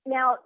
Now